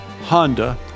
Honda